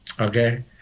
okay